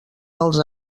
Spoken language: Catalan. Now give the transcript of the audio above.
dels